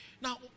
Now